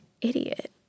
idiot